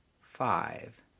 five